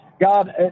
God